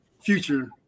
future